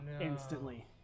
instantly